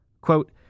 Quote